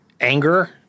anger